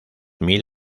mil